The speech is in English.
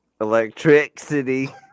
Electricity